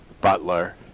Butler